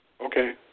Okay